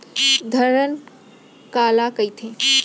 धरण काला कहिथे?